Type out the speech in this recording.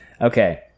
Okay